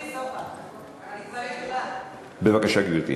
בבקשה, גברתי.